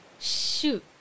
shoot